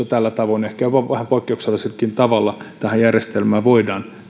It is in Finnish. tällä tavoin ehkä jopa vähän poikkeuksellisellakin tavalla tähän järjestelmään voidaan